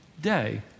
day